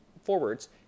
forwards